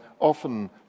often